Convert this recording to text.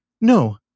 no